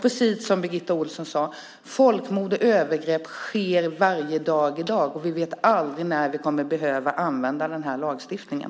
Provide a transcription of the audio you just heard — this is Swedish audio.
Precis som Birgitta Ohlsson sade: Folkmord och övergrepp sker varje dag, och vi vet aldrig när vi kommer att behöva använda den här lagstiftningen.